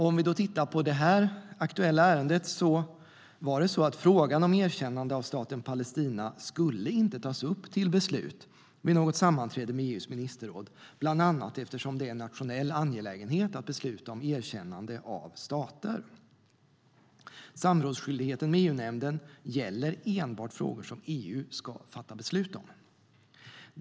Om vi tittar på detta aktuella ärende var det så att frågan om erkännande av Staten Palestina inte skulle tas upp till beslut vid något sammanträde med EU:s ministerråd, bland annat eftersom det är en nationell angelägenhet att besluta om erkännande av stater. Samrådsskyldigheten med EU-nämnden gäller enbart frågor som EU ska fatta beslut om.